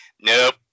Nope